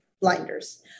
blinders